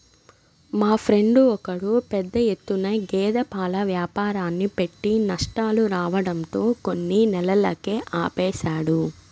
మా ఫ్రెండు ఒకడు పెద్ద ఎత్తున గేదె పాల వ్యాపారాన్ని పెట్టి నష్టాలు రావడంతో కొన్ని నెలలకే ఆపేశాడు